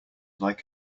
like